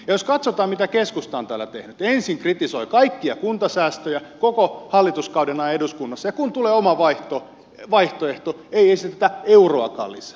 jos katsotaan mitä keskusta on täällä tehnyt niin ensin kritisoidaan kaikkia kuntasäästöjä koko hallituskauden ajan eduskunnassa ja kun tulee oma vaihtoehto ei esitetä euroakaan lisää